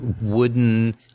wooden